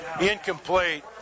incomplete